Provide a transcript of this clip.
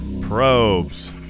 probes